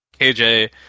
KJ